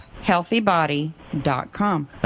Healthybody.com